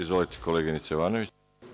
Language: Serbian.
Izvolite, koleginice Jovanović.